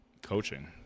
coaching